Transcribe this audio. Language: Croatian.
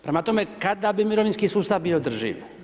Prema tome, kada bi mirovinski sustav bio održiv?